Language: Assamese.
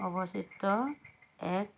অৱস্থিত এক